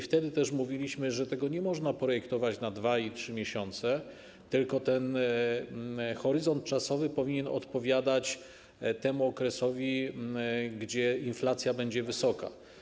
Wtedy też mówiliśmy, że tego nie można projektować na 2 i 3 miesiące, tylko ten horyzont czasowy powinien odpowiadać temu okresowi, gdy inflacja będzie wysoka.